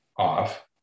off